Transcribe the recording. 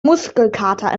muskelkater